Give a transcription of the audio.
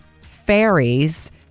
fairies